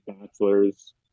bachelor's